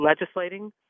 legislating